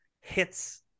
hits